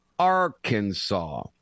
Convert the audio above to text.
Arkansas